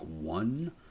one